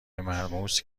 مرموز